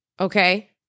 okay